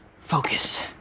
Focus